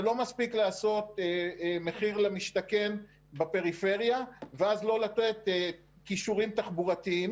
זה לא מספיק לעשות מחיר למשתכן בפריפריה ואז לא לתת קישורים תחבורתיים